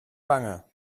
wange